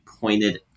pointed